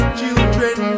children